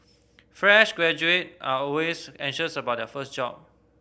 fresh graduate are always anxious about their first job